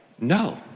No